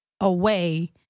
away